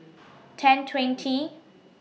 ten twenty